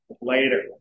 later